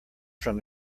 from